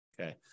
Okay